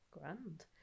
grand